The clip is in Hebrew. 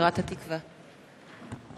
שירת "התקווה".